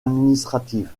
administratives